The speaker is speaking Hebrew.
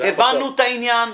הבנו את העניין.